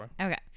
okay